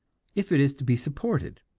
if it is to be supported